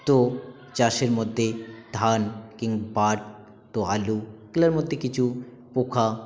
তো চাষের মধ্যে ধান কি পাট তো আলু এগুলোর মধ্যে কিছু পোকা